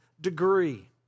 degree